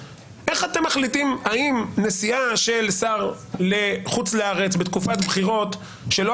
מחליטים האם נסיעה של שר לחוץ לארץ בתקופת בחירות שלא